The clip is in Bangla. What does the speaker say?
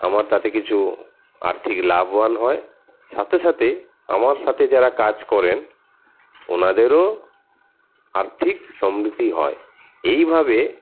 আমার তাতে কিছু আর্থিক লাভবান হয় সাথে সাথে আমার সাথে যারা কাজ করেন ওঁদেরও আর্থিক সমৃদ্ধি হয় এইভাবে